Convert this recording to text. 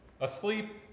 Asleep